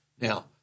Now